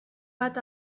bat